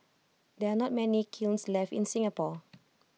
there are not many kilns left in Singapore